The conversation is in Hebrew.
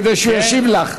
כדי שהוא ישיב לך.